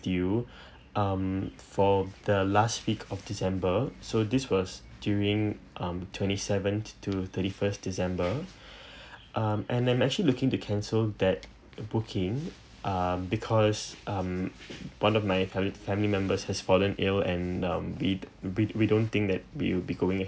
you um for the last week of december so this was during um twenty seven to thirty first december um and I'm actually looking to cancel that booking uh because um one of my fami~ family members has fallen ill and um we we we don't think that we'll be going